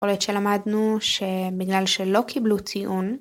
כל עד שלמדנו שבגלל שלא קיבלו ציון